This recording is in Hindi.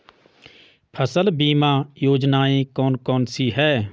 फसल बीमा योजनाएँ कौन कौनसी हैं?